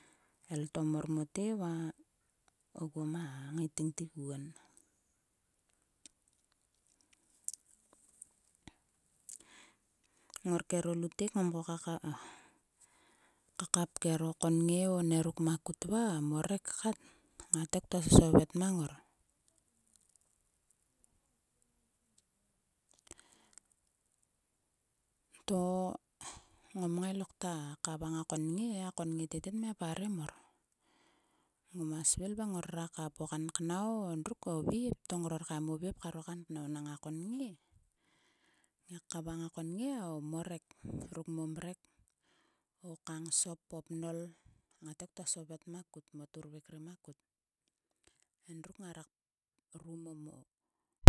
Elton mor mote va oguo ma ngaiting tiguon. Ngor kero lutek ngom koka kakap kero konnge oâ nieruk makut va o morek kat. Ngate ktua sovet mang ngor. To ngom ngai lokta kavang a konnge e. A konnge tete tmia parem mor. Ngoma svil va ngora kap o kan knaii o druk o vep vep to ngror kaem o vep kar o kanknau nang a konnge. Ngiak kavang o konnge, o morek ruk mo mrek. o kangsop. o pnol. Ngate ktua sovet makut moâ turvik ri makut. Edndruk ngara rum o.